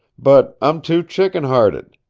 but i'm too chicken-hearted.